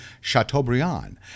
Chateaubriand